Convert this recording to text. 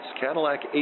Cadillac